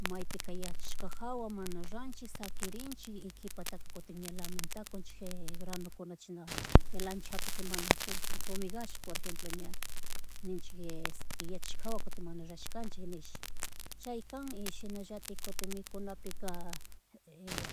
Maypika yachiska hawa mana ranchis shakirinchik y kipataka kutintaka kutin ña lamentakunchik granukuna chashna lancha hapik hima mana fu- fu- fumigashpa por ejemplo ña; ninchik yachashka hawa kutin mana rashkanchik nish. Chay kan y shinallatik kutin mikunapika,